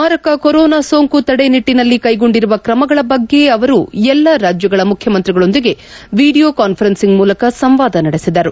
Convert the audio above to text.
ಮಾರಕ ಕೊರೊನಾ ಸೋಂಕು ತಡೆ ನಿಟ್ಟಿನಲ್ಲಿ ಕೈಗೊಂಡಿರುವ ಕ್ರಮಗಳ ಬಗ್ಗೆ ಅವರು ಎಲ್ಲಾ ರಾಜ್ನಗಳ ಮುಖ್ಯಮಂತ್ರಿಗಳೊಂದಿಗೆ ವಿಡಿಯೋ ಕಾನ್ನೆರೆನ್ಸಿಂಗ್ ಮೂಲಕ ಸಂವಾದ ನಡೆಸಿದರು